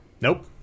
Nope